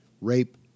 rape